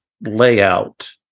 layout